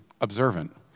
observant